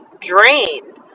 drained